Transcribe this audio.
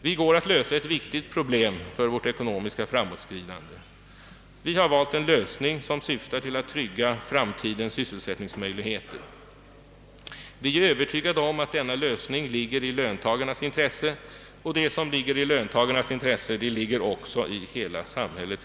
Vi går att lösa ett viktigt problem för vårt ekonomiska framåtskridande, och vi har valt en lösning som syftar till att trygga framtidens sysselsättning. Vi är övertygade om att denna lösning ligger i löntagarnas intresse, och det som ligger i deras intresse är också av intresse för hela samhället.